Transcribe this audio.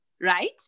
right